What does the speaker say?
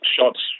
shots